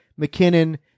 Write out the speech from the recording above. McKinnon